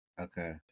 Okay